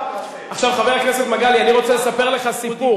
חבר הכנסת מגלי, אני רוצה לספר לך סיפור.